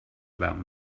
about